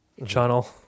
channel